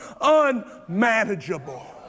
unmanageable